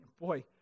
boy